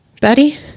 Betty